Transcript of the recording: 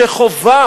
שחוותה